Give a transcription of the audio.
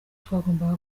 twagombaga